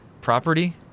Property